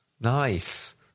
Nice